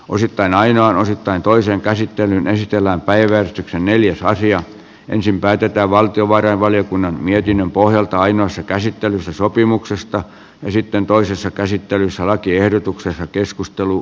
osittain aina on osittain toisen käsittelyn esitellään päivätty neljäs asia ensin päätetään valtiovarainvaliokunnan mietinnön pohjalta ainoassa käsittelyssä sopimuksesta ja sitten toisessa käsittelyssä lakiehdotuksensa keskustelu